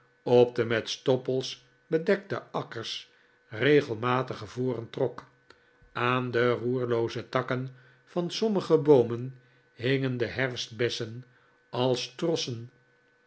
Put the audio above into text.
op de met stoppels bedekte akkers regelmatige voren trok aan de roerlooze takken van somtnige boomen hingen de herfstbessen als trossen